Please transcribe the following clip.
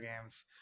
games